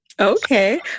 Okay